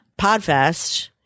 Podfest